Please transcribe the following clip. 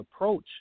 approach